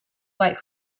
wait